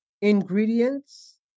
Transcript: ingredients